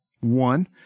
One